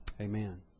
Amen